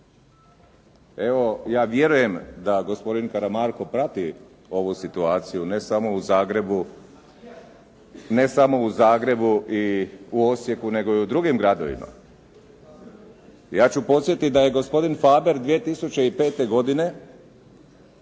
Evo da vjerujem da gospodin Karamarko prati ovu situaciju, ne samo u Zagrebu i Osijeku nego i u drugim gradovima. Ja ću podsjetiti da je gospodin Faber 2005. godine